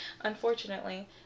unfortunately